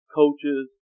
coaches